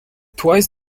twice